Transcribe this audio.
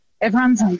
Everyone's